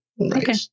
Okay